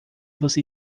você